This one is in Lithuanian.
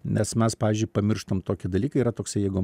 nes mes pavyzdžiui pamirštam tokį dalyką yra toksai jeigu